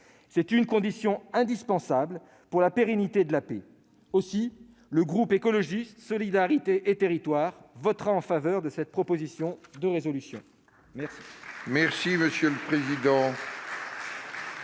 C'est une condition indispensable pour la pérennité de la paix. Aussi, le groupe Écologiste - Solidarité et Territoires votera en faveur de cette proposition de résolution. La